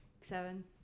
Seven